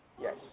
Yes